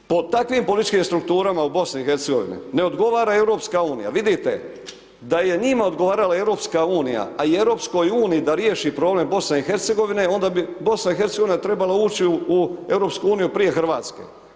Nadalje, po takvim političkim strukturama u BiH ne odgovara EU, vidite da je njima odgovarala EU a i EU da riješi problem BiH onda bi BiH trebala ući u EU prije Hrvatske.